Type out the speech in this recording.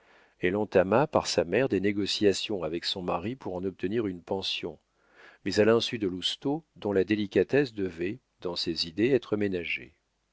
elle entama par sa mère des négociations avec son mari pour en obtenir une pension mais à l'insu de lousteau dont la délicatesse devait dans ses idées être ménagée